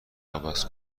عوض